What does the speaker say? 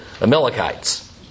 Amalekites